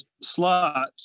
slot